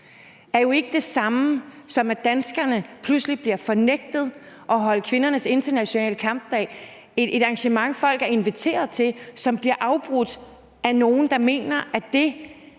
er jo ikke det samme, som at danskerne pludselig bliver nægtet at holde kvindernes internationale kampdag – et arrangement, folk er inviteret til, og som bliver afbrudt af nogle, der mener, at det